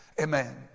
Amen